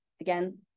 again